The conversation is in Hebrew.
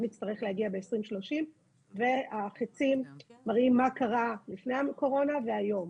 נצטרך להגיע ב-2030 והחיצים מראים מה קרה לפני הקורונה והיום.